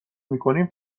میکنیم